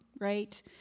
right